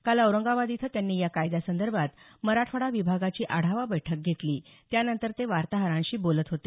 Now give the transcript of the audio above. काल औरंगाबाद इथं त्यांनी या कायद्यासंदर्भात मराठवाडा विभागाची आढावा बैठक घेतली त्यानंतर ते वार्ताहरांशी बोलत होते